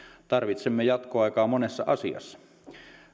tarvitsemme jatkoaikaa monessa asiassa